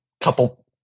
couple